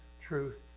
truth